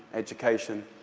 education.